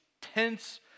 tense